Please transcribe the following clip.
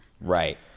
Right